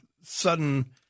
sudden